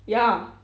ya